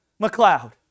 McLeod